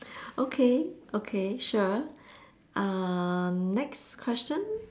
okay okay sure um next question